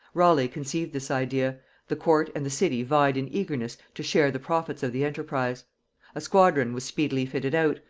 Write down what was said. raleigh conceived this idea the court and the city vied in eagerness to share the profits of the enterprise a squadron was speedily fitted out,